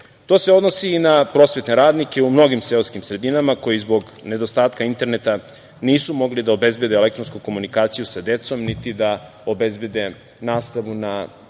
se odnosi i na prosvetne radnike u mnogim seoskim sredinama, koji zbog nedostatka interneta nisu mogli da obezbede elektronsku komunikaciju sa decom, niti da obezbede nastavu na